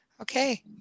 Okay